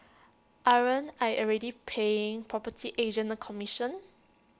aren't I already paying property agents A commission